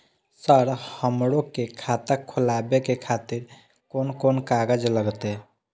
Sir हमरो के खाता खोलावे के खातिर कोन कोन कागज लागते?